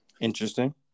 Interesting